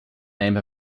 name